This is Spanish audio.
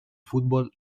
fútbol